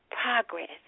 progress